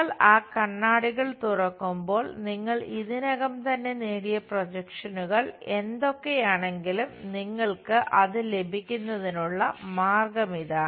നിങ്ങൾ ആ കണ്ണാടികൾ തുറക്കുമ്പോൾ നിങ്ങൾ ഇതിനകം തന്നെ നേടിയ പ്രൊജക്ഷനുകൾ എന്തൊക്കെയാണെങ്കിലും നിങ്ങൾക്ക് അത് ലഭിക്കുന്നതിനുള്ള മാർഗമാണിത്